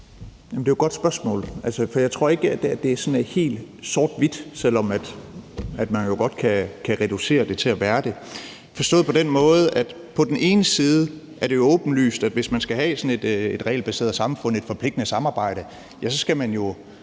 Det er jo et godt spørgsmål, for jeg tror ikke, det sådan er helt sort-hvidt, selv om man jo godt kan reducere det til at være det, forstået på den måde, at på den ene side er det åbenlyst, at hvis man skal have et regelbaseret samfund og et forpligtende samarbejde, skal man jo